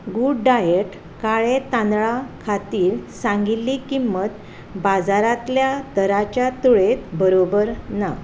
good diet काळे तांदळा खातीर सांगिल्ली किंमत बाजारांतल्या दराच्या तुळेंत बरोबर ना